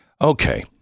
Okay